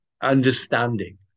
understanding